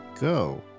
Go